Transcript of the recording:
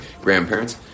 grandparents